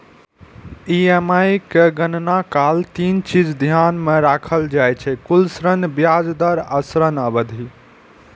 EMI के गणना काल तीन चीज ध्यान मे राखल जाइ छै, कुल ऋण, ब्याज दर आ ऋण अवधि